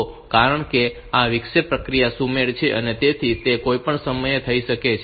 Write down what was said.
તો કારણ કે આ વિક્ષેપ પ્રક્રિયા અસુમેળ છે તેથી તે કોઈપણ સમયે થઈ શકે છે